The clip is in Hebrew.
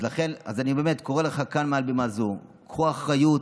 אז אני באמת קורא לך כאן, מעל במה זו: קחו אחריות.